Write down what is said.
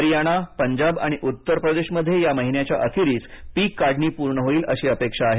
हरियाना पंजाब आणि उत्तरप्रदेशमध्ये या महिन्याच्या अखेरीस पिक काढणी पूर्ण होईल अशी अपेक्षा आहे